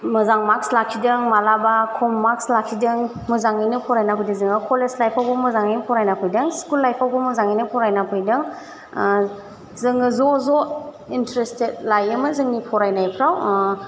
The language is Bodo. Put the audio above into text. मोजां मार्कस लाखिदों मालाबा खम मार्कस लाखिदों मोजाङैनो फरायना फैदों जोङो कलेज लाइफखौबो मोजाङैनो फरायना फैदों स्कुल लाइफखौबो मोजाङैनो फरायना फैदों जोङो ज' ज' इन्ट्रेस्टेद लायोमोन जोंनि फरायनायफ्राव